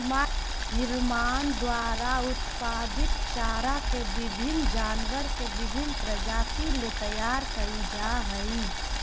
निर्माण द्वारा उत्पादित चारा के विभिन्न जानवर के विभिन्न प्रजाति ले तैयार कइल जा हइ